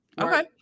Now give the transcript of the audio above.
Okay